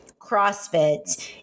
CrossFit